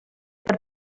per